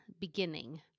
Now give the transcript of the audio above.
beginning